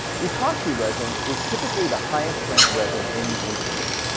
epoxy resin is typically the highest strength resin in the industry.